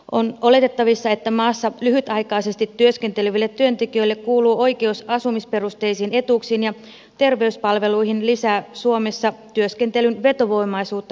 on oletettavissa että maassa lyhytaikaisesti työskenteleville työntekijöille kuuluva oikeus asumisperusteisiin etuuksiin ja terveyspalveluihin lisää suomessa työskentelyn vetovoimaisuutta jossain määrin